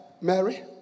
Mary